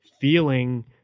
feeling